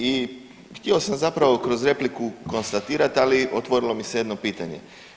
I htio sam zapravo kroz repliku konstatirat, ali otvorilo mi se jedno pitanje.